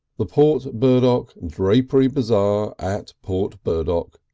the port burdock drapery bazaar at port burdock,